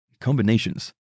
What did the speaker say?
Combinations